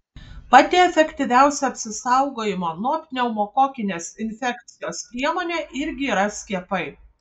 pati efektyviausia apsisaugojimo nuo pneumokokinės infekcijos priemonė irgi yra skiepai